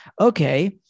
Okay